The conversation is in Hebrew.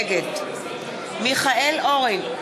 נגד מיכאל אורן,